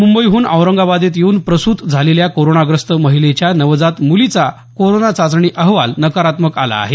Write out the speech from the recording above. मुंबईहून औरंगाबादेत येऊन प्रसूत झालेल्या कोरोनाग्रस्त महिलेच्या नवजात मुलीचा कोरोना चाचणी अहवाल नकारात्मक आला आहे